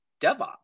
DevOps